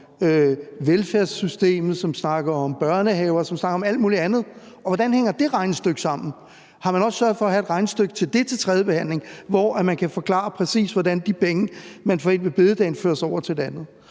og som snakker om alt muligt andet, og hvordan hænger det regnestykke sammen? Har man også sørget for at have et regnestykke til det til tredje behandling, hvor man kan forklare præcis, hvordan de penge, man får ind på store bededag, føres over til det andet?